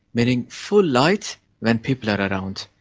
meaning full light when people are around.